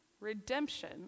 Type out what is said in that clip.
redemption